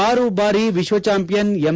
ಆರು ಬಾರಿ ವಿಶ್ವ ಚಾಂಪಿಯನ್ ಎಂ